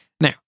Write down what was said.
Now